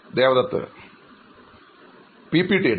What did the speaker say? അഭിമുഖം സ്വീകരിക്കുന്നയാൾ P P T യുടെ